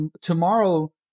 tomorrow